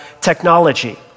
technology